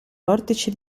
vortici